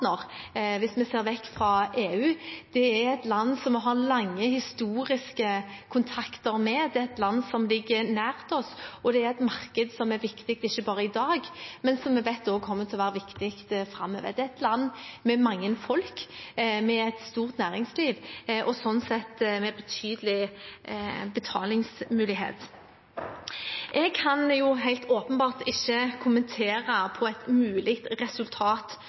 hvis vi ser vekk fra EU. Det er et land som vi har lange, historiske kontakter med, det er et land som ligger nært oss, og det er et marked som ikke bare er viktig i dag, men som vi vet også kommer til å være viktig framover. Det er et land med mange folk, med et stort næringsliv og sånn sett med betydelig betalingsmulighet. Jeg kan helt åpenbart ikke kommentere et mulig resultat